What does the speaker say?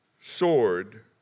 sword